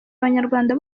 abanyarwanda